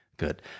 Good